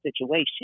situation